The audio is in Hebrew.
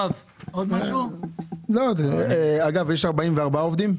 אגב, יש 44 עובדים.